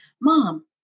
mom